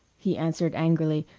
he answered angrily.